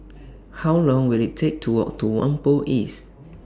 How Long Will IT Take to Walk to Whampoa East